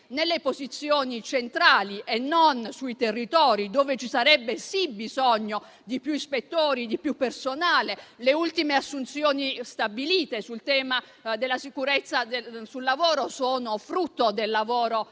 nelle posizioni centrali e non sui territori, dove ci sarebbe, sì, bisogno di più ispettori e di più personale. Le ultime assunzioni stabilite sul tema della sicurezza sul lavoro sono frutto del lavoro del